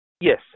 yes